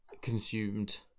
consumed